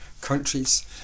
countries